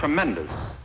tremendous